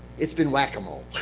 it's been whack-a-mole.